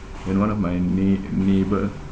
and one of my nei~ neighbour